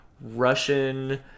Russian